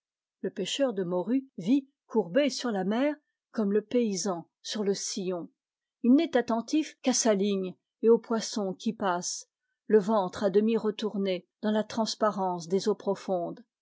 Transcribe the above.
le pêcheur de morues vit courbé sur la mer comme le paysan sur le sillon il n'est attentif qu'à sa ligne et au poisson qui passe le ventre à demi retourné dans la transparence des eaux profondes